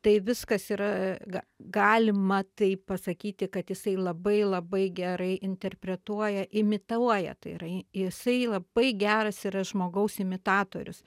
tai viskas yra galima taip pasakyti kad jisai labai labai gerai interpretuoja imituoja tai yra jisai labai geras yra žmogaus imitatorius